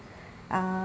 uh